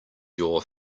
your